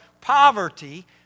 poverty